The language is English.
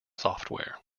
software